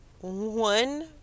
one